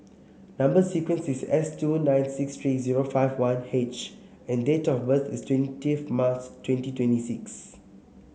number sequence is S two nine six three zero five one H and date of birth is twentieth March twenty twenty six